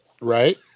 Right